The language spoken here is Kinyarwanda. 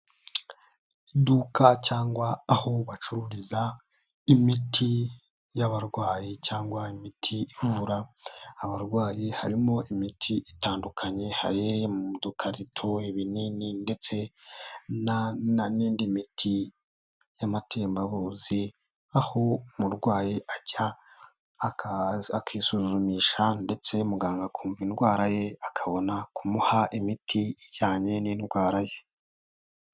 Iduka cyangwa aho bacururiza imiti y'abarwayi cyangwa imiti ivura abarwayi, harimo imiti itandukanye, hari iri mu dukarito, binini ndetse n'indi miti y'amatembabuzi, aho umurwayi ajya akisuzumisha ndetse muganga akumva indwara ye, akabona kumuha imiti ijyanye n'indwara ye.